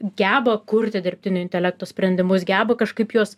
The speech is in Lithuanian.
geba kurti dirbtinio intelekto sprendimus geba kažkaip juos